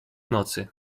nocy